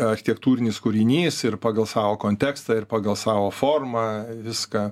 architektūrinis kūrinys ir pagal savo kontekstą ir pagal savo formą viską